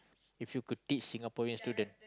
if you could teach Singaporean student